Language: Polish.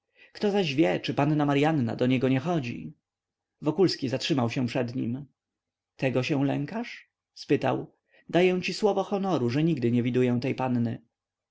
kto zaś wie czy panna maryanna do niego nie chodzi wokulski zatrzymał się przed nim tego się lękasz spytał daję ci słowo honoru że nigdy nie widuję tej panny